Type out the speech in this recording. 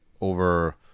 over